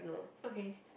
okay